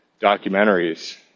documentaries